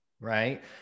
right